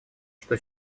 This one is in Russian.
что